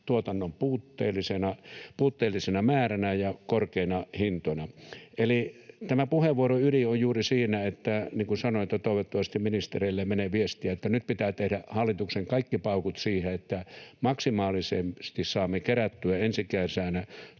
tuotannon puutteellisena määränä ja korkeina hintoina. Eli tämä puheenvuoron ydin on juuri siinä, niin kuin sanoin, että toivottavasti ministereille menee viestiä, että nyt pitää tehdä hallituksen kaikki paukut siihen, että maksimaalisesti saamme kerättyä ensi kesänä